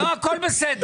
לא, הכול בסדר.